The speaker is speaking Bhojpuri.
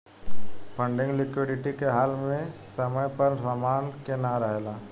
फंडिंग लिक्विडिटी के हाल में समय पर समान के ना रेहला